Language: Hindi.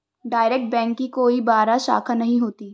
डाइरेक्ट बैंक की कोई बाह्य शाखा नहीं होती